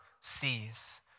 sees